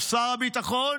הוא שר הביטחון.